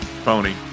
Pony